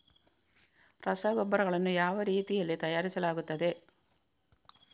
ರಸಗೊಬ್ಬರಗಳನ್ನು ಯಾವ ರೀತಿಯಲ್ಲಿ ತಯಾರಿಸಲಾಗುತ್ತದೆ?